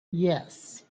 yes